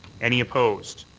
any opposed?